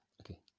okay